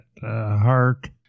heart